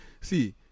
see